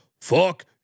Fuck